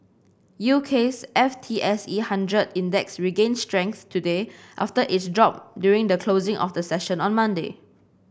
U K's F T S E hundred Index regained strength today after its drop during the closing of the session on Monday